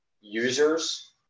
users